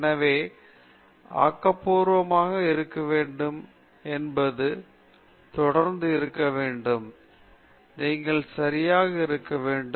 எனவே ஆக்கபூர்வமாக இருக்க வேண்டும் என்பது தொடர்ந்து இருக்க வேண்டும் நீங்கள் சரியாக இருக்க வேண்டும்